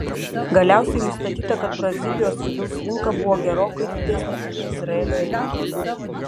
galiausiai nustatyta kad brazilijos vidaus rinka buvo gerokai didesnė už izraelio rinką